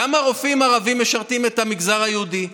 כמה רופאים ערבים משרתים את המגזר היהודי?